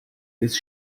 ist